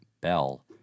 Bell